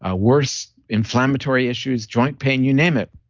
ah worse inflammatory issues, joint pain, you name it.